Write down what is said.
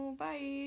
bye